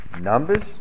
Numbers